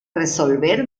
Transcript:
resolver